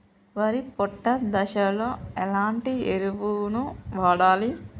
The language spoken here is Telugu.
వరి పొట్ట దశలో ఎలాంటి ఎరువును వాడాలి?